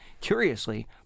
Curiously